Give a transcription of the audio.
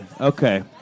Okay